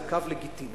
זה קו לגיטימי.